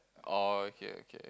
orh okay okay